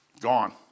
Gone